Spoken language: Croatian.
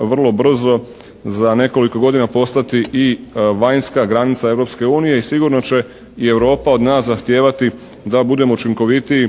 vrlo brzo za nekoliko godina postati i vanjska granica Europske unije i sigurno će i Europa od nas zahtijevati da budemo učinkovitiji